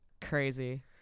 crazy